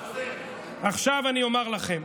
עכשיו אני אומר לכם,